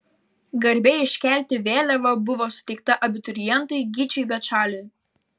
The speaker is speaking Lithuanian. garbė iškelti vėliavą buvo suteikta abiturientui gyčiui bečaliui